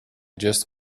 just